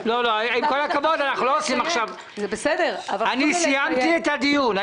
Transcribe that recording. עם כל הכבוד, אני סיימתי את הדיון.